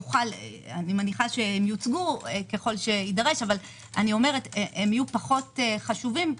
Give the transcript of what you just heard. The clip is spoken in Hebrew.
אני מניחה שיוצגו ככל שיידרש אבל הם יהיו פחות חשובים,